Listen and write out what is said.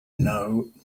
know